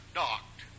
docked